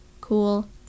cool